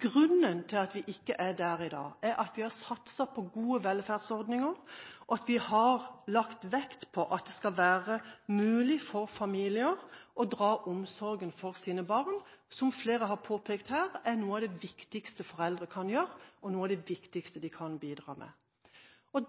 Grunnen til at vi ikke er der i dag, er at vi har satset på gode velferdsordninger og lagt vekt på at det skal være mulig for familier å dra omsorg for sine barn, som er – som flere har påpekt her – noe av det viktigste foreldre kan gjøre og bidra med.